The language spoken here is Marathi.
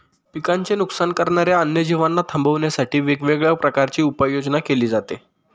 पिकांचे नुकसान करणाऱ्या अन्य जीवांना थांबवण्यासाठी वेगवेगळ्या प्रकारची उपाययोजना केली जाते